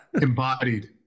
Embodied